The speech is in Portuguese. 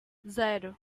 zero